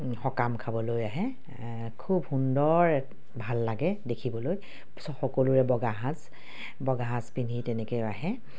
সকাম খাবলৈ আহে খুব সুন্দৰ ভাল লাগে দেখিবলৈ সকলোৰে বগা সাজ বগা সাজ পিন্ধি তেনেকৈ আহে